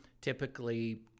typically